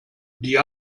die